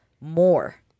more